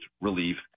relief